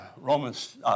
Romans